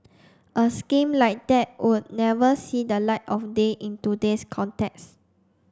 a scheme like that would never see the light of day in today's context